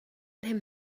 him